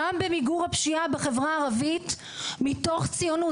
גם במיגור הפשיעה בחברה הערבית מתוך ציונות.